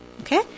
Okay